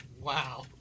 Wow